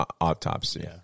autopsy